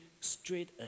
straight